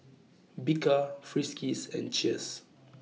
Bika Friskies and Cheers